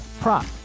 prop